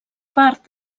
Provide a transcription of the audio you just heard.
part